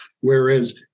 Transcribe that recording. whereas